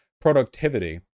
productivity